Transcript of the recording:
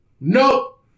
nope